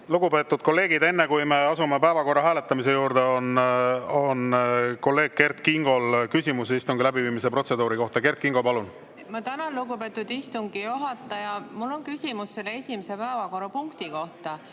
Lugupeetud kolleegid, enne kui me asume päevakorra hääletamise juurde, on kolleeg Kert Kingol küsimus istungi läbiviimise protseduuri kohta. Kert Kingo, palun! Ma tänan, lugupeetud istungi juhataja! Mul on küsimus esimese päevakorrapunkti kohta.